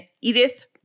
Edith